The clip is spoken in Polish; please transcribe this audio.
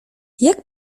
jak